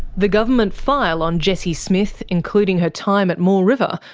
the government file on jessie smith, including her time at moore river,